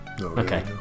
Okay